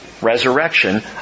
resurrection